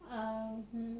um